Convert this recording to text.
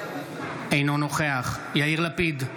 אינו נוכח יאיר לפיד,